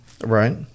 Right